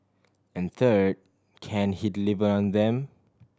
and third can he deliver on them